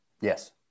yes